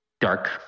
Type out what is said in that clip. dark